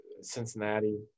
Cincinnati